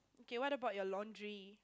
kay what about your laundry